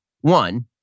One